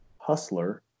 Hustler